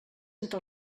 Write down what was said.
entre